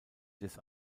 des